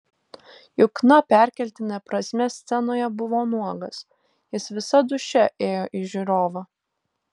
jukna perkeltine prasme scenoje buvo nuogas jis visa dūšia ėjo į žiūrovą